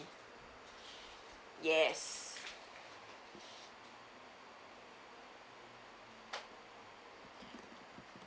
yes